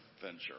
venture